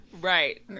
Right